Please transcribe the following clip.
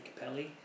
Capelli